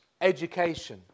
education